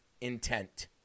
intent